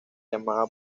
llamada